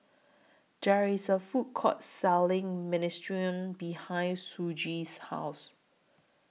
There IS A Food Court Selling Minestrone behind Shoji's House